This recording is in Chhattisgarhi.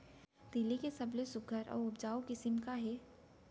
तिलि के सबले सुघ्घर अऊ उपजाऊ किसिम का हे?